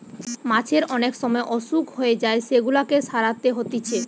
মাছের অনেক সময় অসুখ হয়ে যায় সেগুলাকে সারাতে হতিছে